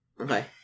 Okay